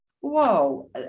whoa